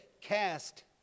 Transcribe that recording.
cast